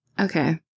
okay